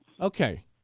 okay